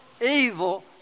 evil